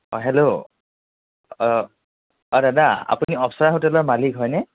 অঁ হেল্ল' অ দাদা আপুনি অপ্সৰা হোটেলৰ মালিক হয়নে